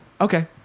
Okay